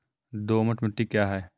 दोमट मिट्टी क्या है?